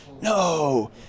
No